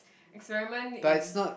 experiment in